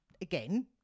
Again